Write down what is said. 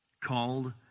called